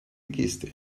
geste